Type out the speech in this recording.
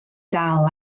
dal